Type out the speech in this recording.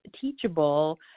teachable